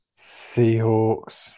Seahawks